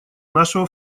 нашего